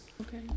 okay